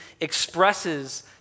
expresses